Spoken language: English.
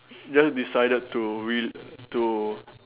then decided to re~ to